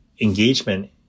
engagement